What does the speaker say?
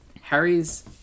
Harry's